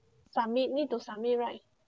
submit me to submit right